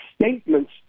statements